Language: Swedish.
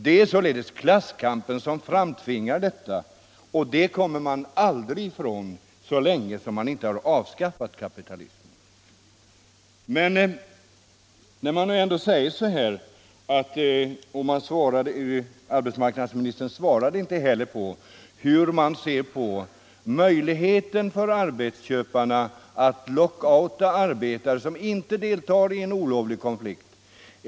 Det är således klasskampen som framtvingar detta, och ett sådant förhållande kommer man aldrig ifrån om inte kapitalismen avskaffas. I det sammanhanget vill jag fråga arbetsmarknads ministern — eftersom han inte berörde den frågan — hur han ser på det förhållandet att arbetsköparna exempelvis vid ett koncernförhållande skulle få möjlighet att lockouta arbetare som inte deltar i en olovlig konflikt.